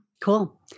cool